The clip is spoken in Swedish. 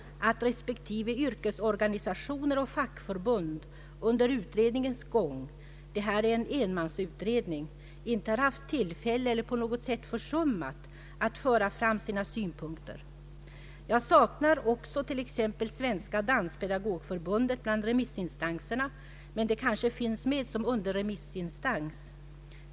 musikoch dansutbildning spektive yrkesorganisationer och fackförbund under utredningens gång — detta är ju en enmansutredning — inte har haft tillfälle eller på något sätt försummat att föra fram sina synpunkter. Jag saknar också t.ex. Svenska danspedagogförbundet bland remissinstanserna; men det kanske finns med som underremissinstans.